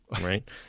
Right